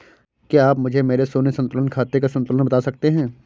क्या आप मुझे मेरे शून्य संतुलन खाते का संतुलन बता सकते हैं?